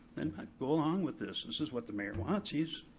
then go along with this, this is what the mayor wants, he's.